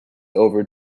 over